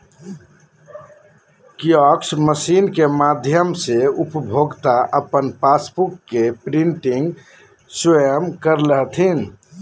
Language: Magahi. कियाक्स मशीन के माध्यम से उपभोक्ता अपन पासबुक के प्रिंटिंग स्वयं कर ले हथिन